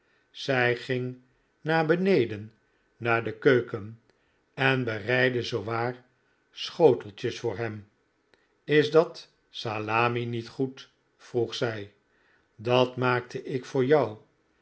zij ging naar beneden naar de keuken en bereidde zoowaar schoteltjes voor hem is dat salmi niet goed vroeg zij dat maakte ik voor jou